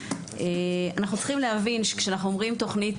אנחנו צריכים להבין מה היא